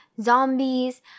zombies